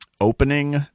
opening